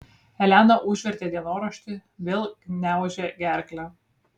elena užvertė dienoraštį vėl gniaužė gerklę